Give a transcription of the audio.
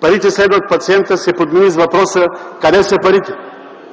„парите следват пациента” се подмени с въпроса „къде са парите”.